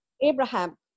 Abraham